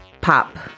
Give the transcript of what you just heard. Pop